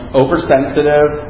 oversensitive